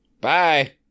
Bye